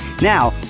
Now